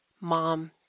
mom